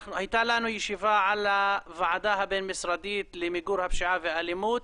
הייתה לנו ישיבה על הוועדה הבין-משרדית למיגור הפשיעה ואלימות,